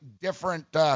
different